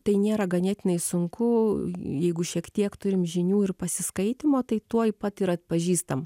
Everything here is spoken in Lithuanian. tai nėra ganėtinai sunku jeigu šiek tiek turim žinių ir pasiskaitymo tai tuoj pat ir atpažįstam